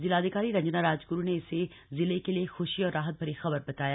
जिलाधिकारी रंजना राजग्रू ने इसे जिले के लिए ख्शी और राहत भरी खबर बताया